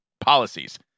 policies